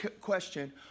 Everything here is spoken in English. question